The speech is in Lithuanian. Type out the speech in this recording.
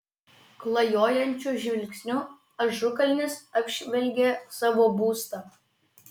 klajojančiu žvilgsniu ažukalnis apžvelgė savo būstą